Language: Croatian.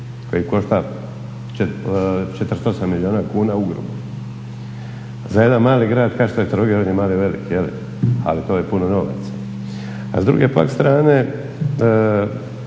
koji košta 48 milijuna kuna ugrubo. Za jedan mali grad ka šta je Trogir on je mali, veliki, je li, ali to je puno novaca. A s druge pak strane